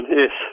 yes